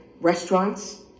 restaurants